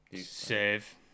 Save